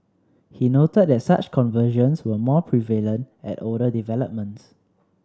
he noted that such conversions were more prevalent at older developments